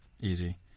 easy